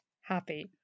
happy